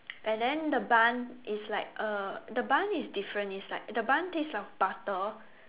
and then the bun is like uh the bun is different it's like the bun taste of butter